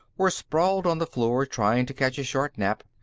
were sprawled on the floor, trying to catch a short nap,